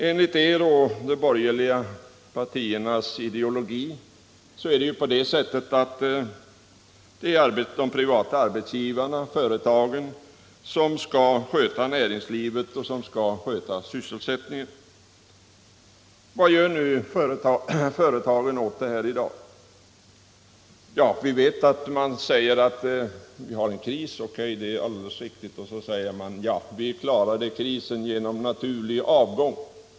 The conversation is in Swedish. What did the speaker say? Enligt er och de borgerliga partiernas ideologi är det ju de privata arbetsgivarna, företagen, som skall sköta näringslivet och sysselsättningen. Vad gör då företagen åt det i dag? Ja, vi vet att de säger: Vi har en kris. OK, det är alldeles riktigt. Och så säger de: Vi klarade krisen genom naturlig avgång.